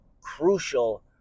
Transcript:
crucial